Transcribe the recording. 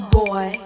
boy